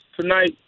tonight